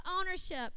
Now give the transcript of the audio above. ownership